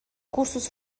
cursos